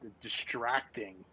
distracting